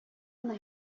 гына